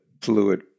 fluid